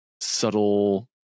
subtle